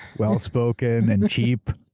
well-spoken, and cheap,